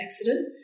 accident